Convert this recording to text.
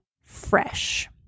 fresh